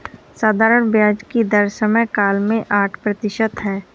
साधारण ब्याज की दर समयकाल में आठ प्रतिशत है